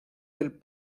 del